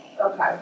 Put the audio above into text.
Okay